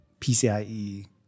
PCIe